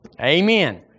Amen